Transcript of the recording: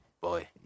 Boy